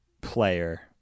player